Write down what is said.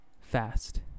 fast